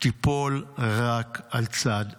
תיפול רק על צד אחד.